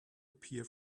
appear